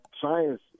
science